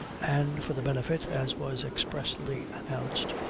and for the benefit, as was expressly announced,